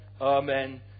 Amen